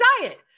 diet